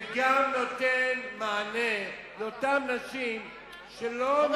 וגם נותן מענה לאותם נשים שלא,